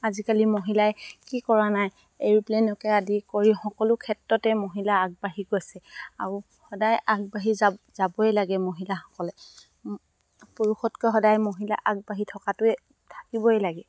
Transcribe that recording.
আজিকালি মহিলাই কি কৰা নাই এৰ'প্লেনকে আদি কৰি সকলো ক্ষেত্ৰতে মহিলা আগবাঢ়ি গৈছে আৰু সদায় আগবাঢ়ি যাবই লাগে মহিলাসকলে পুৰুষতকৈ সদায় মহিলা আগবাঢ়ি থকাটোৱে থাকিবই লাগে